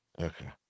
okay